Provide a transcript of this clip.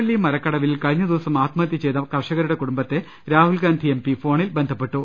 പുൽപ്പള്ളി മരകടവിൽ കഴിഞ്ഞ ദിവസം ആത്മഹത്യ ചെയ്ത കർഷകന്റെ കുടുംബത്തെ രാഹുൽഗാന്ധി എംപി ഫോണിൽ ബന്ധ പ്പെട്ടു